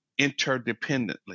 interdependently